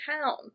town